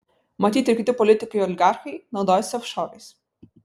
matyt ir kiti politikai oligarchai naudojasi ofšorais